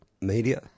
media